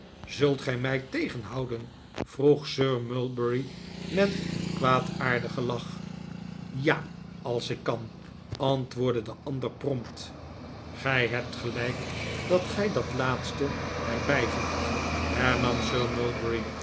zult gij mij tegenhouden vroeg sir mulberry met een kwaadaardigen lach ja als ik kan antwoordde de ander prompt gij hebt gelijk dat gij dat laatste er bijvoegt hernam sir mulberry